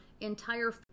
entire